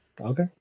Okay